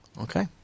Okay